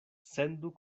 sendu